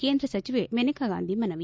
ಕೇಂದ್ರ ಸಚಿವೆ ಮೇನಕಾ ಗಾಂಧಿ ಮನವಿ